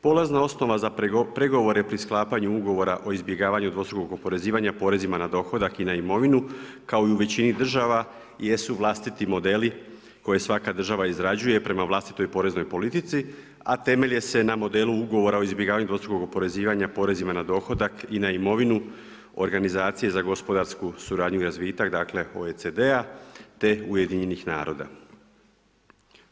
Polazna osnova za pregovore pri sklapanju ugovora o izbjegavanju dvostrukog oporezivanja porezima na dohodak i na imovinu kao i u većini država jesu vlastiti modeli koje svaka država izrađuje prema vlastitoj poreznoj politici a temelje se na modelu ugovora o izbjegavanju dvostrukog oporezivanja porezima na dohodak i na imovinu organizacije za gospodarsku suradnju i razvitak dakle OECD-a te UN-a.